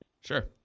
Sure